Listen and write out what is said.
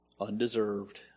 undeserved